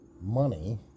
money